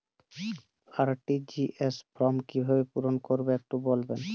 RTGS form কিভাবে পূরণ করবো একটু বলবেন?